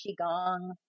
qigong